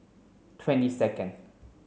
twenty second